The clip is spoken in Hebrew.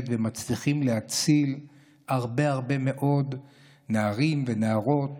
ומצליחים להציל הרבה הרבה מאוד נערים ונערות